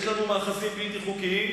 יש לנו מאחזים בלתי חוקיים.